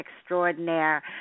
extraordinaire